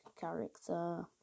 character